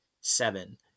seven